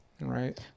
right